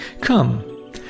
Come